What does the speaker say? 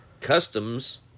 Customs